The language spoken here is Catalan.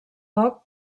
poc